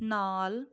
ਨਾਲ